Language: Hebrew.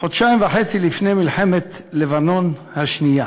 חודשיים וחצי לפני מלחמת לבנון השנייה,